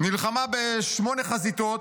מלחמה בשמונה חזיתות.